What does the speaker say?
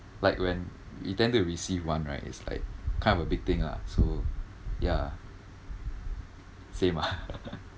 like when you tend to receive one right is like kind of a big thing lah so ya same ah